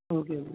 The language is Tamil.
ஓகேங்க சார்